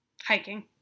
Hiking